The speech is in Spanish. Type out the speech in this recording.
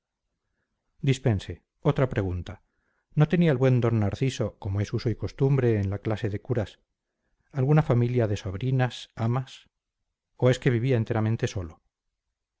dispense otra pregunta no tenía el buen d narciso como es uso y costumbre en la clase de curas alguna familia de sobrinas amas o es que vivía enteramente solo